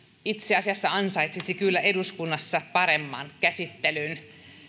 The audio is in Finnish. itse asiassa ansaitsisi eduskunnassa paremman käsittelyn